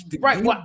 Right